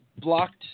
blocked